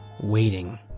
waiting